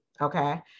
okay